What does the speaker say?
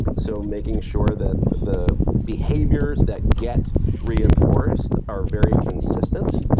so making sure that the behaviours that get reinforced are very consistent,